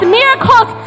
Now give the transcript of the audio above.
miracles